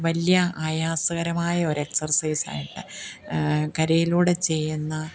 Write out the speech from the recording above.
വലിയ ആയാസകരമായ ഒരു എക്സർസൈസായിട്ട് കരയിലൂടെ ചെയ്യുന്ന